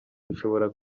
bishobora